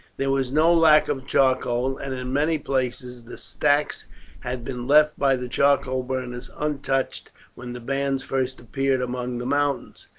there was no lack of charcoal, and in many places the stacks had been left by the charcoal burners untouched when the bands first appeared among the mountains.